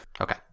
Okay